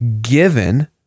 given